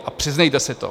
A přiznejte si to.